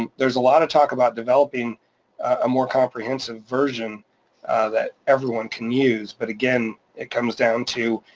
um there's a lot of talk about developing a more comprehensive version that everyone can use. but again, it comes down to.